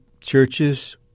churches